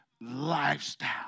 lifestyle